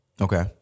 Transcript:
Okay